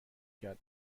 کرد